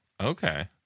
Okay